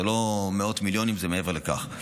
זה לא מאות מיליונים, זה מעבר לכך.